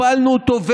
הפלנו אותו,